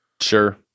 Sure